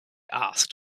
asked